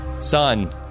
Son